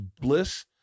bliss